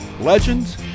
legends